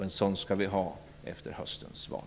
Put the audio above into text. En sådan skall vi ha efter höstens val.